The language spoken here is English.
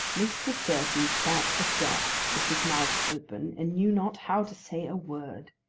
mr. surtees sat aghast, with his mouth open, and knew not how to say a word.